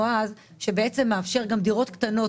שבעצם מאפשר גם דירות קטנות.